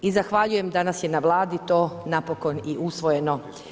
I zahvaljujem danas je na vladi to napokon i usvojenom.